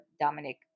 Dominic